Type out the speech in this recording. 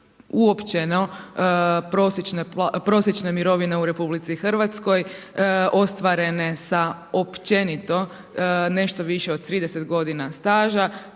uopćeno prosječne mirovine u RH ostvarene sa općenito nešto više od 30 godina staža